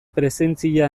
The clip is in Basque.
presentzia